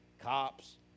cops